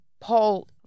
Paul